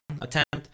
attempt